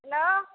hello